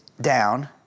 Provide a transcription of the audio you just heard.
down